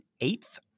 eighth